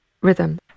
rhythm